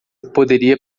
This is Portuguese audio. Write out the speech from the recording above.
poderia